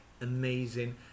amazing